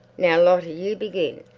now, lottie, you begin.